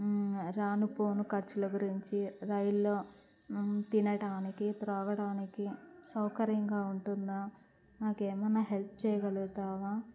రాను పోను ఖర్చుల గురించి రైల్లో తినడానికి త్రాగడానికి సౌకర్యంగా ఉంటుందా నాకేమైనా హెల్ప్ చెయ్యగలుగుతావా